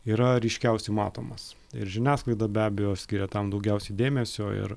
yra ryškiausiai matomas ir žiniasklaida be abejo skiria tam daugiausiai dėmesio ir